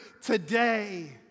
today